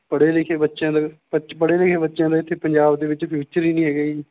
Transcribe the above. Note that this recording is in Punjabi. ਪੜ੍ਹੇ ਲਿਖੇ ਬੱਚਿਆਂ ਦਾ ਸੱਚ ਪੜ੍ਹੇ ਲਿਖੇ ਬੱਚਿਆਂ ਦਾ ਇੱਥੇ ਪੰਜਾਬ ਦੇ ਵਿੱਚ ਫਿਊਚਰ ਹੀ ਨਹੀਂ ਹੈਗਾ ਜੀ